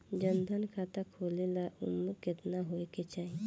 जन धन खाता खोले ला उमर केतना होए के चाही?